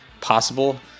possible